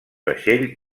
vaixell